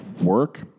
work